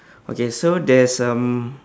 okay so there's um